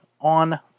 on